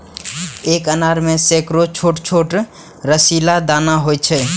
एक अनार मे सैकड़ो छोट छोट रसीला दाना होइ छै